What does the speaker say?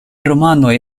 romanoj